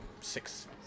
six